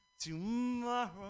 tomorrow